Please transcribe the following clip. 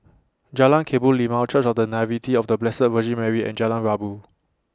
Jalan Kebun Limau Church of The Nativity of The Blessed Virgin Mary and Jalan Rabu